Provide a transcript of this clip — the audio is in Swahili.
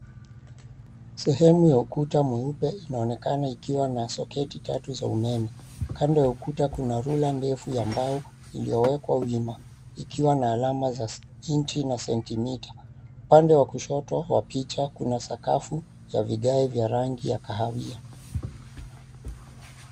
Sehemu ya ukuta mweupe inaonekana ikiwa na soketi tatu za umeme. Kando ya ukuta kuna ruler ndefu ya mbao iliyowekwa wima ikiwa na alama za inchi na sentimita. Upande wa kushoto wa picha kuna sakafu ya vigae vya rangi ya kahawia.